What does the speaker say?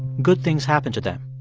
good things happen to them,